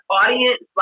audience